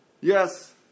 Yes